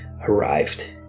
arrived